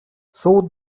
thought